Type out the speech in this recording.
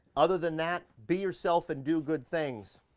other than that, be yourself and do good things.